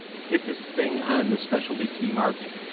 hippest thing on the specialty tea market.